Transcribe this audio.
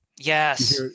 Yes